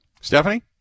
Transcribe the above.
Stephanie